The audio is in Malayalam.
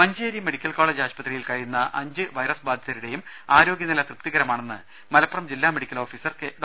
ദ്ദേ മഞ്ചേരി മെഡിക്കൽ കോളജ് ആശുപത്രിയിൽ കഴിയുന്ന അഞ്ച് വൈറസ് ബാധിതരുടേയും ആരോഗ്യ നില തൃപ്തികരമാണെന്ന് മലപ്പുറം ജില്ലാ മെഡിക്കൽ ഓഫീസർ ഡോ